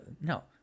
no